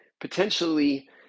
potentially